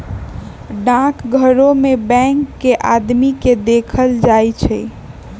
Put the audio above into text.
डाकघरो में बैंक के आदमी के देखल जाई छई